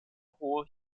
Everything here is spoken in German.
hohe